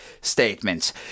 statements